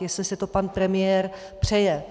Jestli si to pan premiér přeje.